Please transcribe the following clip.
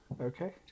Okay